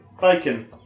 Bacon